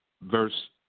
verse